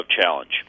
challenge